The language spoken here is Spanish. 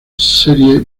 serie